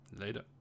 later